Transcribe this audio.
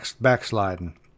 backsliding